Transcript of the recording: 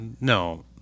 no